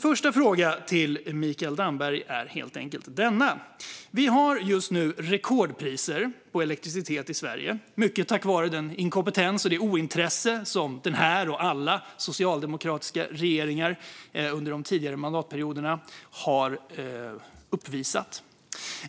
Vi har just nu rekordpriser på elektricitet i Sverige, mycket tack vare den inkompetens och det ointresse som den här och alla socialdemokratiska regeringar under tidigare mandatperioder har uppvisat.